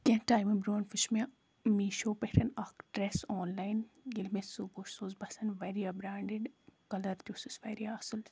کینٛہہ ٹایمہٕ برٛونٛٹھ وٕچھ مےٚ میٖشو پٮ۪ٹھ اَکھ ڈرٛٮ۪س آنلاین ییٚلہِ مےٚ سُہ وُچھ سُہ اوس باسان واریاہ برٛانٛڈِڈ کَلَر تہِ اوسُس واریاہ اَصٕل